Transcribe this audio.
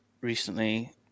recently